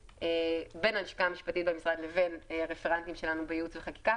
בין הלשכה המשפטית במשרד לבין הרפרנטים שלנו בייעוץ וחקיקה.